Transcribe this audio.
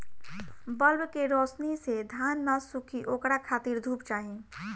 bulb के रौशनी से धान न सुखी ओकरा खातिर धूप चाही